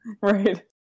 Right